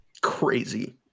crazy